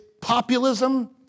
populism